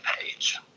page